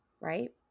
right